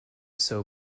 sew